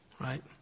right